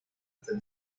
están